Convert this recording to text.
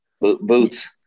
Boots